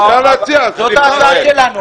זאת ההצעה שלי.